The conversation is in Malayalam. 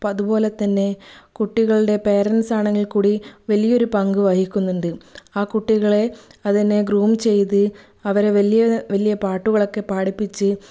അപ്പോൾ അതുപോലെ തന്നെ കുട്ടികളുടെ പാരെൻ്റ്സ് ആണെങ്കിൽക്കൂടി വലിയൊരു പങ്ക് വഹിക്കുന്നുണ്ട് ആ കുട്ടികളെ അതിനു ഗ്രൂം ചെയ്ത് അവരെ വലിയ വലിയ പാട്ടുകളൊക്കെ പാടിപ്പിച്ച്